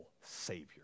Savior